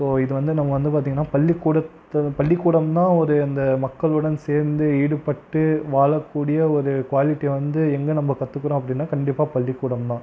இப்போது இது வந்து நம்ம வந்து பார்த்திங்கனா பள்ளிக்கூடத்தில் பள்ளிக்கூடம் தான் ஒரு இந்த மக்களுடன் சேர்ந்து ஈடுபட்டு வாழக்கூடிய ஒரு குவாலிட்டியை வந்து எங்கே நம்ம கற்றுக்குறோம் அப்படின்னா கண்டிப்பாக பள்ளிக்கூடம் தான்